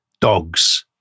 dogs